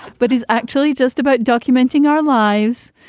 but he's actually just about documenting our lives,